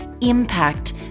impact